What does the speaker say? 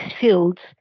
fields